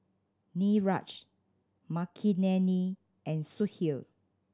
Niraj Makineni and Sudhir